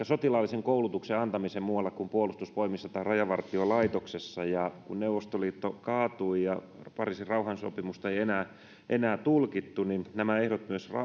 sotilaallisen koulutuksen antamisen muualla kuin puolustusvoimissa tai rajavartiolaitoksessa ja kun neuvostoliitto kaatui ja pariisin rauhansopimusta ei enää enää tulkittu niin nämä ehdot myös